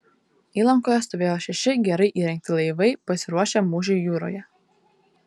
įlankoje stovėjo šeši gerai įrengti laivai pasiruošę mūšiui jūroje